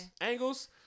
Angles